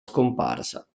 scomparsa